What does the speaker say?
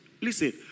Listen